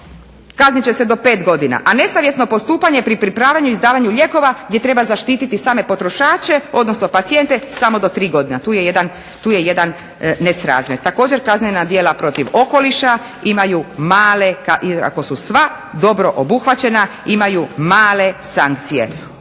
kaznit će se do pet godina, a nesavjesno postupanje pri pripravljanju i izdavanju lijekova gdje treba zaštititi same potrošače odnosno pacijente samo do tri godine. Tu je jedan nesrazmjer. Također kaznena djela protiv okoliša imaju male, ako su sva dobro obuhvaćena imaju male sankcije.